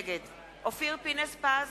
נגד אופיר פינס-פז,